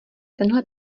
tenhle